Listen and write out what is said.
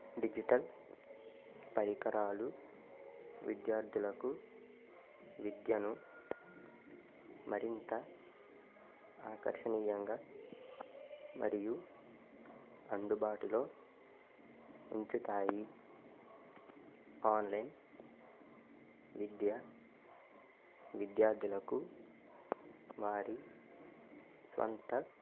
digital పరికరాలు విద్యార్థులకు విద్యను మరింత ఆకర్షణీయంగా మరియు అందుబాటులో ఉంచుతాయి ఆన్లైన్ విద్య విద్యార్థులకు వారి సొంత